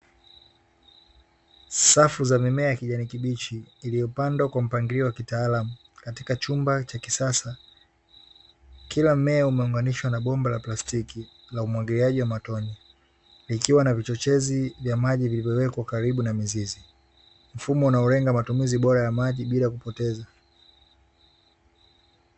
Safu za mimea ya kijani kibichi iliyopandwa kwa mpangilio wa kitaalamu katika chumba cha kisasa, kila mmea umeunganishwa na bomba la plastiki la umwagiliaji wa matone likiwa na vichochezi vya maji vilivyowekwa karibu na mizizi mfumo unaolenga matumizi bora ya maji bila kupoteza.